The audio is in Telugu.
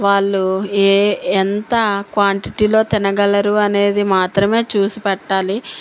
వాళ్ళు ఏ ఎంత క్వాంటిటీలో తినగలరు అనేది మాత్రమే చూసి పెట్టాలి